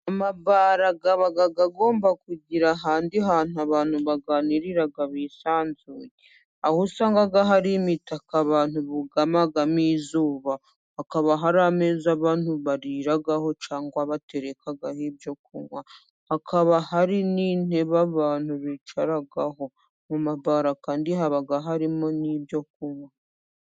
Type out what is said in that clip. Amabara aba agomba kugira ahandi hantu abantu baganirira hisanzuye. Aho usanga hari imitaka abantu bugamamo izuba, hakaba hari ameza abantu bariraho cyangwa baterekaho ibyo kunywa, hakaba hari n'intebe abantu bicaraho mu mabara kandi haba harimo n'ibyo kunywa.